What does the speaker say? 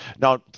Now